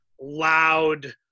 loud